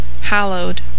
hallowed